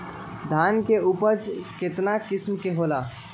धान के उपज केतना किस्म के होला?